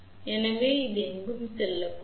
எனவே இங்கு எதுவும்செல்லக்கூடாது